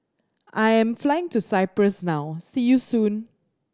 I am flying to Cyprus now see you soon